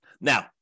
Now